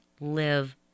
live